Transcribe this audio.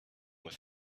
with